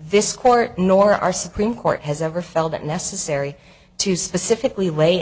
this court nor our supreme court has ever felt it necessary to specifically lay